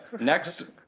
Next